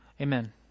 Amen